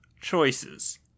choices